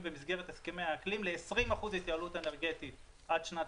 במסגרת הסכמי האקלים ל-20% התייעלות אנרגטית עד שנת